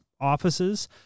offices